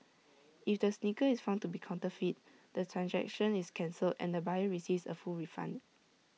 if the sneaker is found to be counterfeit the transaction is cancelled and the buyer receives A full refund